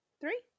three